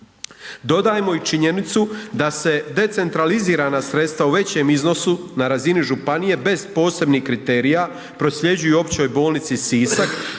Dodajmo i činjenicu da se decentralizirana sredstva u većem iznosu na razini županije bez posebnih kriterija prosljeđuju Općoj bolnici Sisak